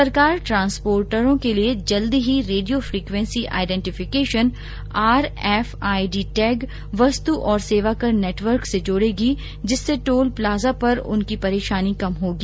सरकार ट्रांसपोर्टरों के लिए जल्दी ही radio frequency identification R FID tag वस्तु और सेवाकर नेटवर्क से जोड़ेगी जिससे टोल प्लाजा पर उनकी परेशानी कम होगी